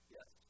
Yes